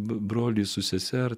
brolį su sesers